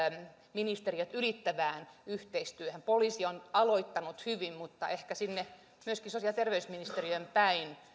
ministeriöt ylittävään yhteistyöhön poliisi on aloittanut hyvin mutta ehkä myöskin sinne sosiaali ja terveysministeriöön päin